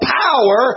power